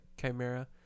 Chimera